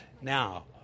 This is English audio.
Now